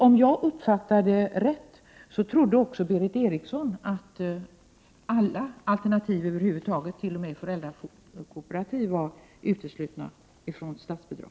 Om jag uppfattade saken rätt trodde också Berith Eriksson att alla alternativ över huvud taget — t.o.m. föräldrakooperativ — är uteslutna när det gäller statsbidrag.